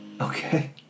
Okay